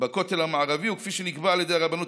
בכותל המערבי הוא כפי שנקבע על ידי הרבנות